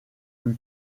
lui